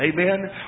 Amen